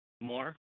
more